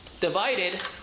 divided